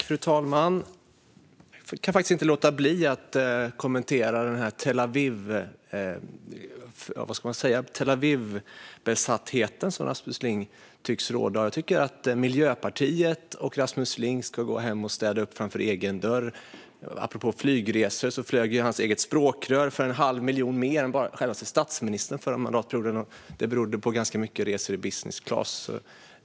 Fru talman! Jag kan faktiskt inte låta bli att kommentera Tel Aviv-besattheten som tycks råda hos Rasmus Ling. Jag tycker att Miljöpartiet och Rasmus Ling ska gå hem och sopa rent framför egen dörr. Apropå flygresor flög ju deras eget språkrör för en halv miljon mer än självaste statsministern förra mandatperioden, och det berodde på ganska många resor i business class.